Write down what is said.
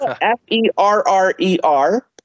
F-E-R-R-E-R